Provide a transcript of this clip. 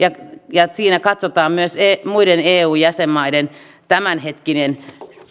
ja siinä katsotaan myös muiden eu jäsenmaiden tämänhetkinen